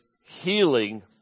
healing